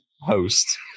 Host